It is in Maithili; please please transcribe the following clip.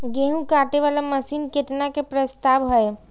गेहूँ काटे वाला मशीन केतना के प्रस्ताव हय?